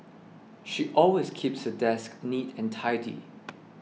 she always keeps her desk neat and tidy